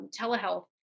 telehealth